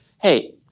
hey